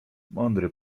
mądry